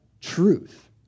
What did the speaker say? truth